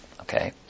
Okay